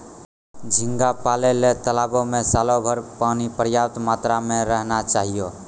झींगा पालय ल तालाबो में सालोभर पानी पर्याप्त मात्रा में रहना चाहियो